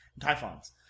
Typhons